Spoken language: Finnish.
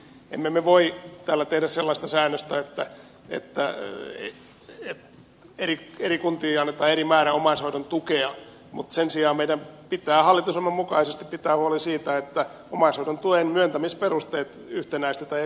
emme me voi täällä tehdä sellaista säännöstä että eri kuntiin annetaan eri määrä omaishoidon tukea mutta sen sijaan meidän pitää hallitusohjelman mukaisesti pitää huoli siitä että omaishoidon tuen myöntämisperusteet yhtenäistetään